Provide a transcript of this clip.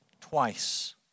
twice